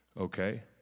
Okay